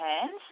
hands